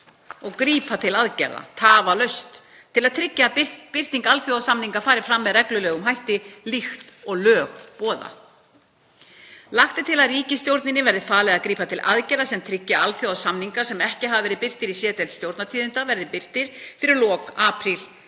og grípa til aðgerða tafarlaust til að tryggja að birting alþjóðasamninga fari fram með reglulegum hætti líkt og lög boða. Lagt er til að ríkisstjórninni verði falið að grípa til aðgerða sem tryggi að þeir alþjóðasamningar sem ekki hafa verið birtir í C-deild Stjórnartíðinda verði birtir fyrir lok apríl